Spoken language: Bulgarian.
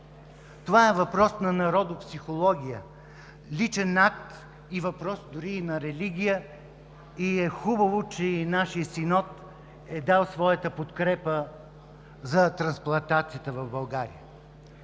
Това е въпрос на народопсихология, личен акт, въпрос дори на религия, и е хубаво, че нашият Синод е дал своята подкрепа за трансплантацията в България.